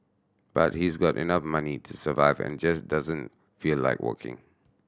but he's got enough money to survive and just doesn't feel like working